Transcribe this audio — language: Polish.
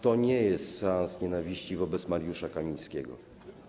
To nie jest seans nienawiści dotyczący Mariusza Kamińskiego.